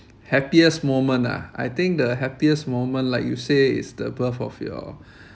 happiest moment ah I think the happiest moment like you say is the birth of your